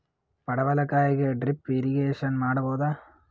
ಪಡವಲಕಾಯಿಗೆ drip irrigation ಮಾಡಬೋದ?